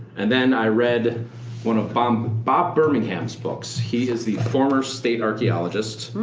and then i read one of um bob birmingham's books. he is the former state archeologist.